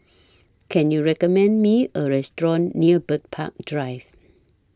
Can YOU recommend Me A Restaurant near Bird Park Drive